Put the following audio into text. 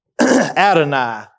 Adonai